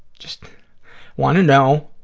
just want to know.